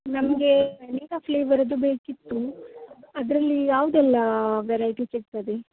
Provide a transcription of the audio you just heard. ನಮಗೆ ವೆನಿಲ್ಲ ಫ್ಲೇವರದ್ದು ಬೇಕಿತ್ತು ಅದರಲ್ಲಿ ಯಾವುದೆಲ್ಲ ವೆರೈಟಿ ಸಿಕ್ತದೆ